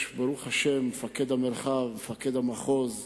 יש מפקד המרחב, מפקד המחוז בצפון,